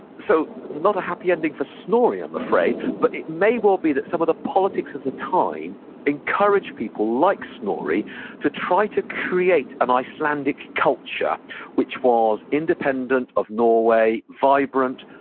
so not a happy ending for snorri, i'm afraid but it may well be that some of the politics of the time encouraged people like snorri to try to create an icelandic culture which was independent of norway, vibrant,